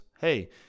hey